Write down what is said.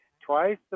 Twice